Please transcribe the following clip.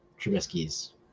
Trubisky's